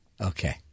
Okay